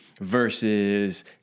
versus